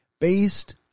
based